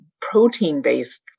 protein-based